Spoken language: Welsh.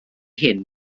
hyn